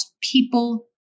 people